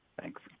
Thanks